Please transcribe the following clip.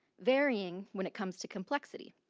varying when it comes to complexity.